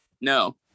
No